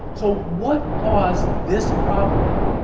so, what caused this problem?